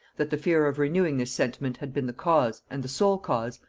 that the fear of renewing this sentiment had been the cause, and the sole cause,